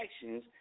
actions